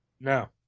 No